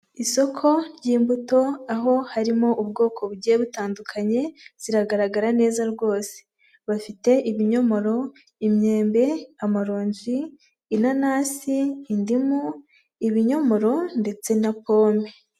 Isoko ry'imbuto, aho harimo ubwoko bugiye butandukanye, ziragaragara neza rwose. Bafite: ibinyomoro, imyembe, amaronji, inanasi, indimu, ibinyomoro ndetse na pome.